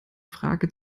frage